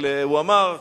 אבל הוא אמר,